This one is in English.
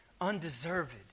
Undeserved